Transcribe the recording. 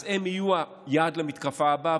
אז הם יהיו היעד למתקפה הבאה.